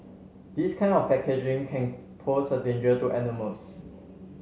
this kind of packaging can pose a danger to animals